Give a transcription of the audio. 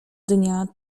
dnia